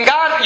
God